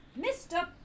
Mr